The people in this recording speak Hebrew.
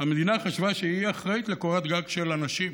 המדינה חשבה שהיא האחראית לקורת גג של אנשים.